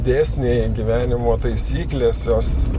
dėsniai gyvenimo taisyklės jos